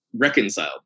reconciled